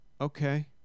Okay